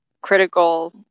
critical